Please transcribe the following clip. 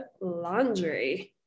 laundry